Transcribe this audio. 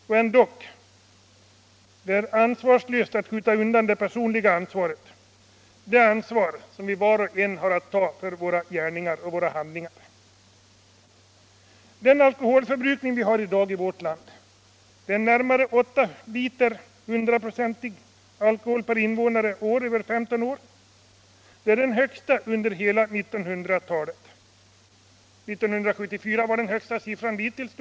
Och ändock: det är ansvarslöst att skjuta undan det personliga ansvaret, det ansvar som vi var och en har att ta för våra gärningar och våra handlingar. Alkoholförbrukningen i dag i vårt land — närmare 8 liter hundraprocentig alkohol per invånare över 15 år och år — är den högsta under hela 1900-talet. 1974 hade vi den högsta siffran dittills.